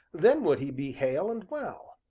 then would he be hale and well.